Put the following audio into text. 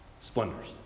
splendors